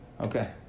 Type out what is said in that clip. Okay